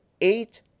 eight